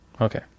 Okay